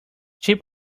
cheap